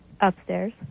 Upstairs